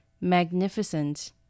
Magnificent